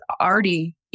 already